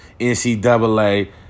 NCAA